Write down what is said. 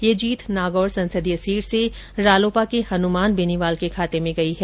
यह जीत नागौर संसदीय सीट से रालोपा के हनुमान बेनीवाल के खाते में गई है